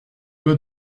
pas